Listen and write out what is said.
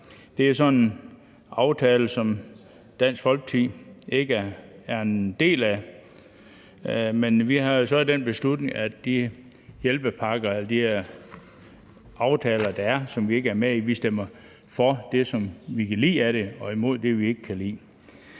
er en aftale, som Dansk Folkeparti ikke er en del af, men vi har taget den beslutning, at i forhold til de aftaler, der er, som vi ikke er med i, stemmer vi for det, som vi kan lide, og imod det, vi ikke kan lide.